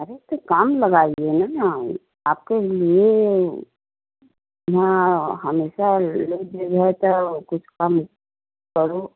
अरे तो कम लगाइए ना आपके लिए हाँ हमेशा रेट यही है तब कुछ कम करो